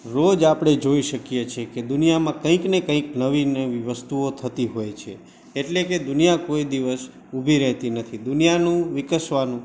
રોજ આપણે જોઈ શકીએ છે કે દુનિયામાં કંઈકને કંઈક નવી નવી વસ્તુઓ થતી હોય છે એટલે કે દુનિયા કોઈ દિવસ ઉભી રહેતી નથી દુનિયાનું વિકસવાનું